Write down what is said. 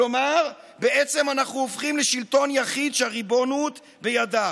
כלומר בעצם אנחנו הופכים לשלטון יחיד שהריבונות בידיו.